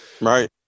Right